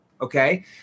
Okay